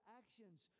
actions